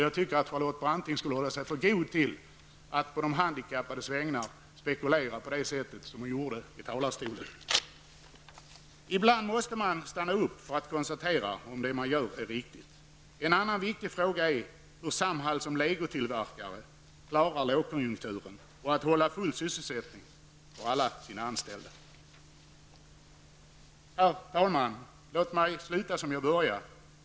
Jag tycker att Charlotte Branting skulle hålla sig för god för att på de handikappades vägnar spekulera på det sätt hon gjorde i talarstolen. Ibland måste man stanna upp för att konstatera om det man gör är riktigt. En annan viktig fråga är hur Samhall som legotillverkare klarar lågkonjunkturen och att hålla alla sina anställda fullt sysselsatta. Herr talman! Låt mig sluta som jag började.